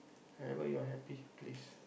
wherever you're happy please